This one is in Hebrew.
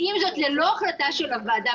עם זאת ללא החלטה של הוועדה,